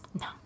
No